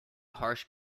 harsh